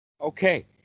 Okay